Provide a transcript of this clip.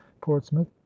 portsmouth